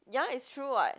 ya it's true [what]